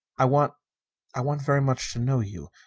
i want i want very much to know you.